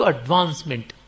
Advancement